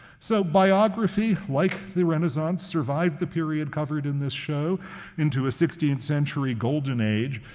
so biography, like the renaissance, survived the period covered in this show into a sixteenth century golden age,